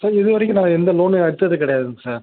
sir இது வரைக்கும் நான் எந்த லோனும் எடுத்தது கிடையாதுங்க சார்